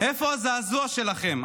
איפה היה הזעזוע שלכם,